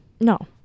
No